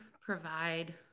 provide